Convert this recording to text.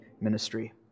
ministry